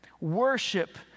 Worship